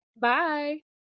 Bye